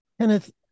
Kenneth